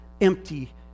empty